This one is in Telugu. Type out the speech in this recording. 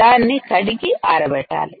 దానిని కడిగి ఆరబెట్టాలి